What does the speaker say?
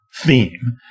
Theme